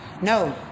No